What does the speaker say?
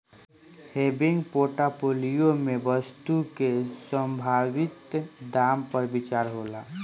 हेविंग portfolio में वस्तु के संभावित दाम पर विचार होला